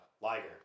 Liger